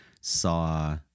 saw